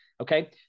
okay